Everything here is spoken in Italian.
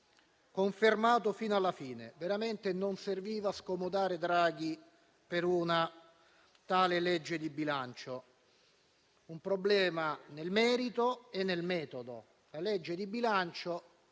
confermato fino alla fine. Veramente non serviva scomodare Draghi per una tale legge di bilancio. Ci sono un problema nel merito e uno nel metodo. Il disegno di legge di bilancio